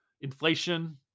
inflation